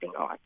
on